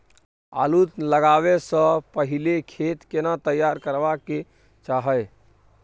आलू लगाबै स पहिले खेत केना तैयार करबा के चाहय?